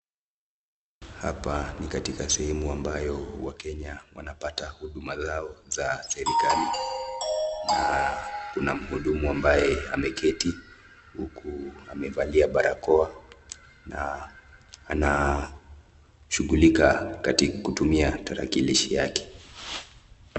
Hapa ni katika sehemu ambayo wakenya wanapata huduma zao za serkali na Kuna mhudumu ambaye ameketi huku amefalia barakoa na anashughulika katumia tarakilishi yake.